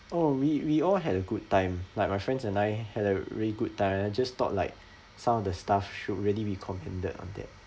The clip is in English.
oh we we all had a good time like my friends and I had a really good time just thought like some of the staff should really be complimented on that